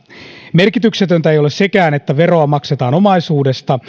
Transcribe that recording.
merkityksetöntä ei ole sekään että veroa maksetaan omaisuudesta